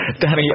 Danny